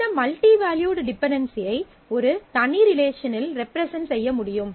இந்த multi valued டிபெண்டண்சியை ஒரு தனி ரிலேஷனில் ரெப்ரசன்ட் செய்ய முடியும்